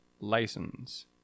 license